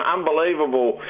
Unbelievable